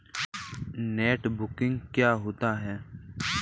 Net banking क्या होता है?